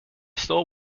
store